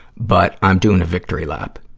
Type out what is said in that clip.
but, i'm doing a victory lap.